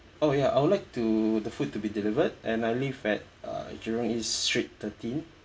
oh ya I would like to the food to be delivered and I live at uh jurong east street thirteen